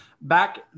back